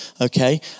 okay